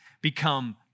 become